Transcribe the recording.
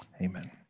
Amen